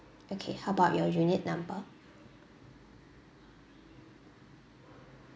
okay how about your unit number